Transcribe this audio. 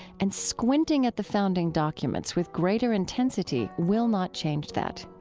and squinting at the founding documents with greater intensity will not change that.